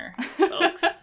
folks